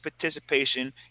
participation